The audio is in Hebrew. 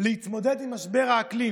להתמודד עם משבר האקלים.